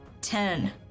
Ten